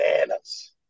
bananas